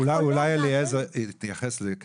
אולי אליעזר יתייחס לזה.